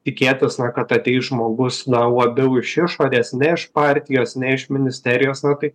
tikėtis na kad ateis žmogus na labiau iš išorės ne iš partijos ne iš ministerijos na tai